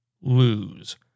lose